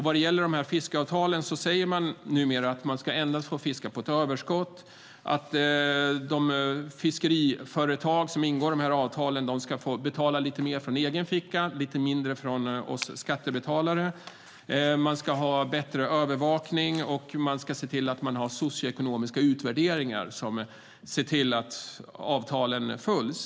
Vad gäller fiskeavtalen säger man numera att fiskarna endast får fiska på överskott och att de fiskeriföretag som ingår avtalen ska få betala mer från egen ficka och få lite mindre från oss skattebetalare. Vidare ska man ha bättre övervakning och socioekonomiska utvärderingar för att se till att avtalen följs.